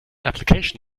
application